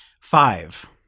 five